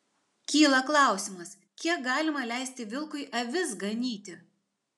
kyla klausimas kiek galima leisti vilkui avis ganyti